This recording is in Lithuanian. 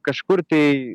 kažkur tai